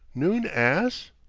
noon ass?